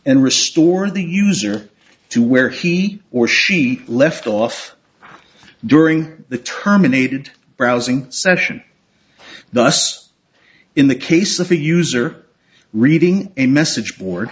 and restore the user to where he or she left off during the terminated browsing session thus in the case of a user reading a message board